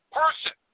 person